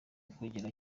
ukugera